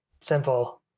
simple